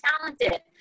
talented